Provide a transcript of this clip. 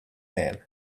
man